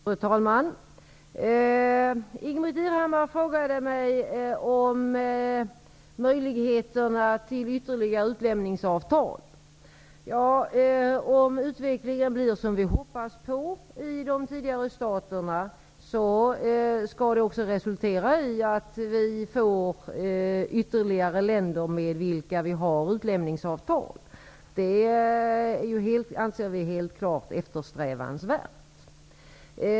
Herr talman! Ingbritt Irhammar frågade mig om möjligheterna till ytterligare utlämningsavtal. Om utvecklingen i de tidigare öststaterna blir som vi hoppas på, skall det också resultera i att vi får utlämningsavtal med ytterligare länder. Det anser vi helt klart är eftersträvansvärt.